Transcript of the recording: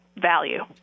value